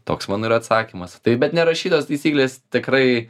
toks mano ir atsakymas tai bet nerašytos taisyklės tikrai